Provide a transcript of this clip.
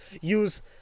use